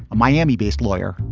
a miami based lawyer,